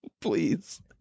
Please